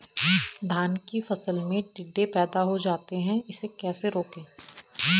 धान की फसल में टिड्डे पैदा हो जाते हैं इसे कैसे रोकें?